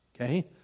okay